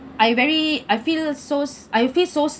I very I feel so I feel so